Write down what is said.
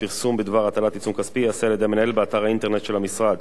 פרסום בדבר הטלת עיצום כספי ייעשה על-ידי המנהל באתר האינטרנט של המשרד,